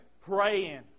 praying